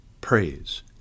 praise